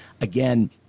Again